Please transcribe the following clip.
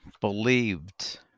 believed